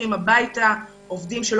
הוא העובדים הרשומים בשירות הציבורי,